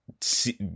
see